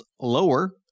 lower